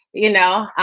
you know,